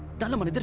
gentlemen